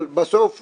אבל בסוף גם,